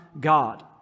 God